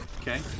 Okay